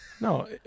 No